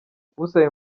usaba